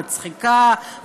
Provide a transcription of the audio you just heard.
מצחיקה,